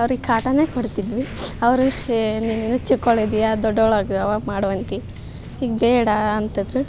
ಅವ್ರಿಗೆ ಕಾಟಾನೇ ಕೊಡ್ತಿದ್ವಿ ಅವ್ರು ಏ ನೀನಿನ್ನು ಚಿಕ್ಕವಳು ಇದ್ದಿಯಾ ದೊಡ್ಡವಳಾಗು ಅವಾಗ ಮಾಡುವಂತೆ ಈಗ ಬೇಡ ಅಂತಿದ್ದರು